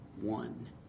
one